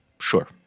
Sure